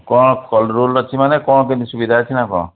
କ'ଣ କ'ଣ ରୁଲ୍ ଅଛି ମାନେ କ'ଣ କେମତି ସୁବିଧା ଅଛି ନା କ'ଣ